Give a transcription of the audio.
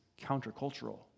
countercultural